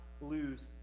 lose